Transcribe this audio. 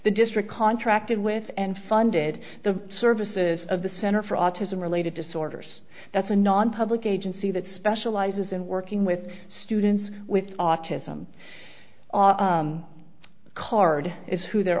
the district contracted with and funded the services of the center for autism related disorders that's a nonpublic agency that specializes in working with students with autism card is who they're